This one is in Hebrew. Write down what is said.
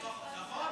נכון.